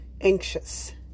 anxious